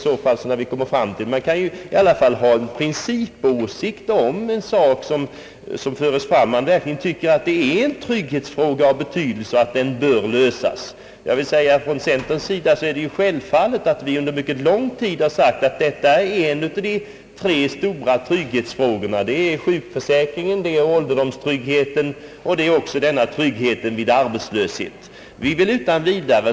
Man kan väl i alla fall ha en principiell åsikt om en sak, som föres fram, om man tycker att det är en trygghetsfråga av stor betydelse och att den bör lösas. Från centerpartiets sida har vi under en mycket lång tid sagt, att vi anser att den fråga det här gäller är en av de tre stora trygghetsfrågorna. Det är alltså fråga om sjukförsäkringen, ålderdomstryggheten och om trygghet vid arbetslöshet.